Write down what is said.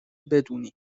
بدونی